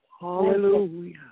Hallelujah